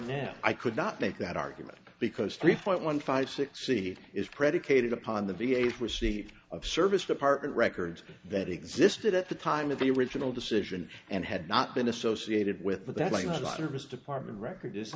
now i could not make that argument because three point one five six c is predicated upon the v a s received of service department records that existed at the time of the original decision and had not been associated with that line of the service department record